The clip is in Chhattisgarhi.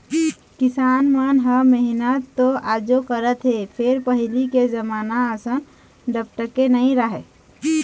किसान मन ह मेहनत तो आजो करत हे फेर पहिली के जमाना असन डपटके नइ राहय